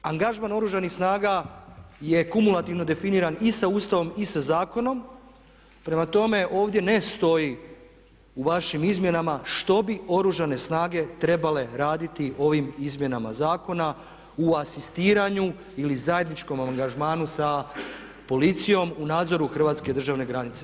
Angažman Oružanih snaga je kumulativno definiran i sa Ustavom i sa zakonom, prema tome ovdje ne stoji u vašim izmjenama što bi Oružane snage trebale raditi ovim izmjenama zakona u asistiranju ili zajedničkom angažmanu sa policijom u nadzoru hrvatske državne granice.